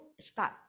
start